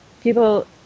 people